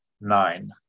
nine